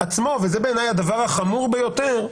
הדבר החמור ביותר: